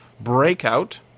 Breakout